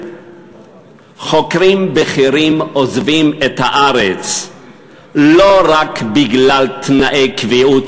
חוקרים בכירים עוזבים את הארץ לא רק בגלל תנאי קביעות,